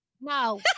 No